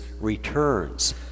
returns